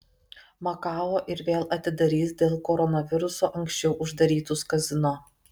makao ir vėl atidarys dėl koronaviruso anksčiau uždarytus kazino